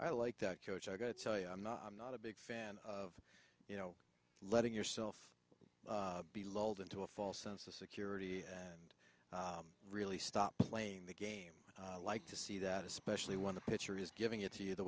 i like that coach i gotta tell you i'm not i'm not a big fan of you know letting yourself be lulled into a false sense of security and really stop playing the game like to see that especially when the pitcher is giving it to you the